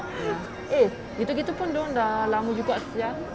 ya eh gitu gitu pun dia orang dah lama juga sia